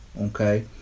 okay